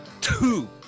two